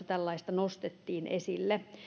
tällaista nostettiin esille